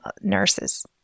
nurses